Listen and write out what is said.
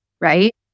right